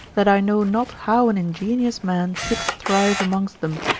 that i know not how an ingenious man should thrive amongst them.